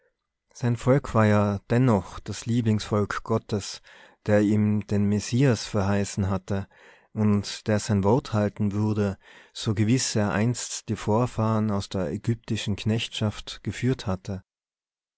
sein volk war ja dennoch das lieblingsvolk gottes der ihm den messias verheißen hatte und der sein wort halten würde so gewiß er einst die vorfahren aus der ägyptischen knechtschaft geführt hatte